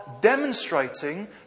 demonstrating